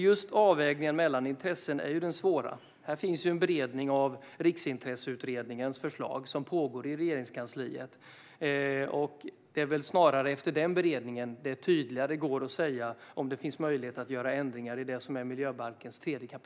Just avvägningen mellan intressen är det svåra. Här finns en beredning av Riksintresseutredningens förslag som pågår i Regeringskansliet. Det är snarare efter den beredningen det tydligare går att säga om det finns möjlighet att göra ändringar i det som rör miljöbalkens 3 kap.